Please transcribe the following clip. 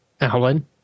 alan